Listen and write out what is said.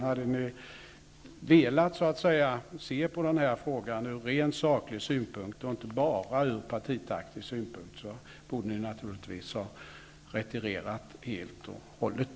Hade ni velat se rent sakligt på den här frågan och inte bara se den ur partitaktisk synpunkt, borde ni naturligtvis ha retirerat helt och hållet.